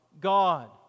God